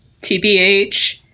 TBH